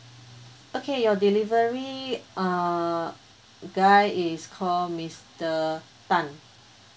okay your delivery uh guy is call mister tan